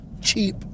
cheap